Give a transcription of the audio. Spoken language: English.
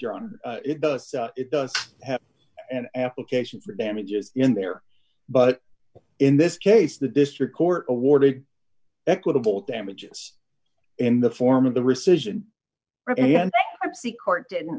your honor it does it does have an application for damages in there but in this case the district court awarded equitable damages in the form of the rescission see court didn't